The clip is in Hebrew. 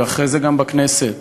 ואחרי זה גם בכנסת,